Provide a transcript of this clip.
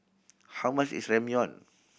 how much is Ramyeon